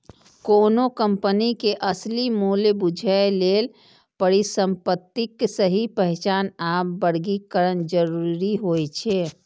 कोनो कंपनी के असली मूल्य बूझय लेल परिसंपत्तिक सही पहचान आ वर्गीकरण जरूरी होइ छै